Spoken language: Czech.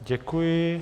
Děkuji.